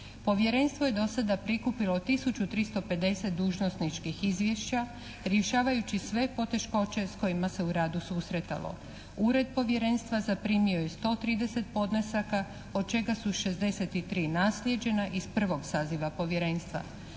Povjerenstvo je do sada prikupilo tisuću 350 dužnosničkih izvješća rješavajući sve poteškoće s kojima se u radu susretalo. Ured Povjerenstva zaprimio je 130 podnesaka od čega su 63 naslijeđena iz prvog saziva Povjerenstva,